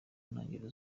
ntangiriro